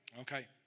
Okay